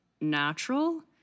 natural